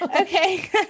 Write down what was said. Okay